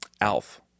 Alf